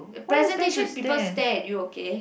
presentation people stare at you okay